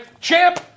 Champ